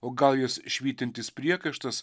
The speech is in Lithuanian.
o gal jis švytintis priekaištas